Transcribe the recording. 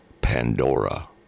Pandora